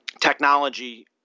technology